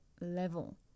level